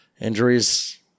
injuries